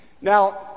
Now